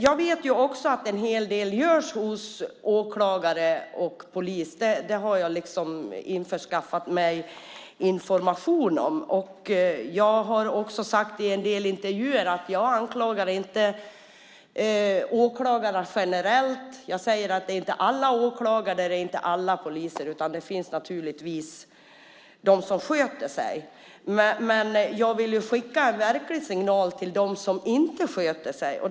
Jag vet också att en hel del görs hos åklagare och polis. Det har jag skaffat mig information om. Jag har också sagt i en del intervjuer att jag inte anklagar åklagarna generellt. Jag säger att det här inte gäller alla åklagare och inte alla poliser, utan det finns naturligtvis de som sköter sig. Men jag vill verkligen skicka en signal till dem som inte sköter sig.